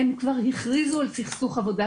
הם כבר הכריזו על סכסוך עבודה,